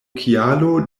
kialo